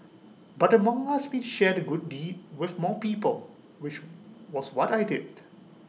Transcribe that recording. but the monk asked me to share the good deed with more people which was what I did